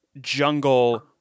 jungle